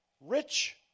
rich